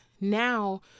now